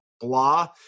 blah